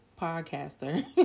podcaster